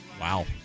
Wow